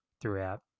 throughout